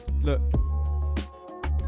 Look